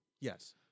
Yes